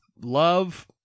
love